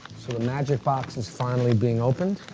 so the magic box is finally being opened.